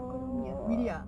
crocodile meat really ah